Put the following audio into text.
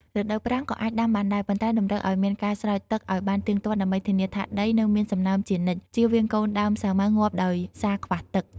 រដូវប្រាំង ក៏អាចដាំបានដែរ ប៉ុន្តែតម្រូវឲ្យមានការស្រោចទឹកឲ្យបានទៀងទាត់ដើម្បីធានាថាដីនៅមានសំណើមជានិច្ច ជៀសវាងកូនដើមសាវម៉ាវងាប់ដោយសារខ្វះទឹក។